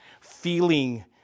feeling